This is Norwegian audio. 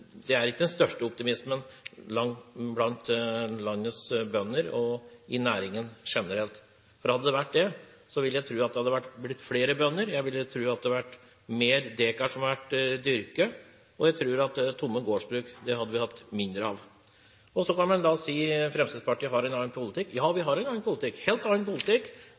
det ikke er den største optimismen blant landets bønder eller i næringen generelt. Hadde det vært det, vil jeg tro at det hadde blitt flere bønder. Jeg vil tro at det hadde blitt flere dekar som hadde blitt dyrket – og jeg tror at vi hadde hatt færre tomme gårdsbruk. Så kan man si at Fremskrittspartiet har en annen politikk. Ja, vi har en annen politikk – en helt annen politikk.